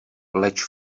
leč